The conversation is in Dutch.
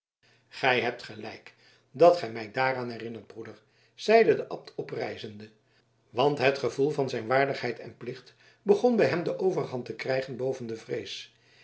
gij hebt gelijk dat gij mij daaraan herinnert broeder zeide de abt oprijzende want het gevoel van zijn waardigheid en plicht begon bij hem de overhand te krijgen boven de vrees